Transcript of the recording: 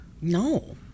No